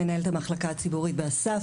מנהלת המחלקה הציבורית בא.ס.ף.,